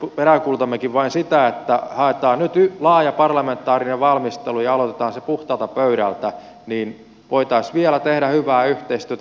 nyt peräänkuulutammekin vain sitä että haetaan nyt laaja parlamentaarinen valmistelu ja aloitetaan se puhtaalta pöydältä niin että voitaisiin vielä tehdä hyvää yhteistyötä